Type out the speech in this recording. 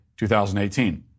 2018